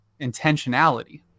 intentionality